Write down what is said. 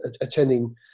attending